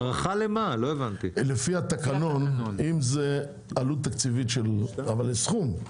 לפי התקנון, אם זה עלות תקציבית אבל סכום.